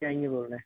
क्या ये बोल रहे